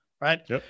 right